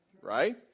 right